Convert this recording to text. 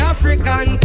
African